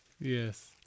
Yes